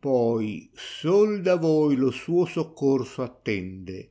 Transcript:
poi sol da voi lo suo soccorso attende